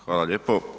Hvala lijepo.